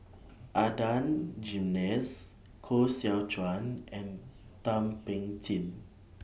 Adan Jimenez Koh Seow Chuan and Thum Ping Tjin